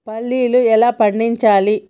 పల్లీలు ఎలా పండించాలి?